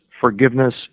forgiveness